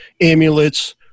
amulets